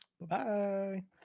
Bye